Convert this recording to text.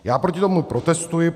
Já proti tomu protestuji.